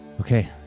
okay